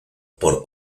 por